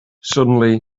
suddenly